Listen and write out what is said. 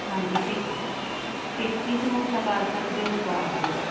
ਹਾਂਜੀ ਟਿੱਕੀ ਸਮੌਸਾ ਕਰ ਸਕਦੇ ਹੋ ਤੇ ਕਰ ਦੋ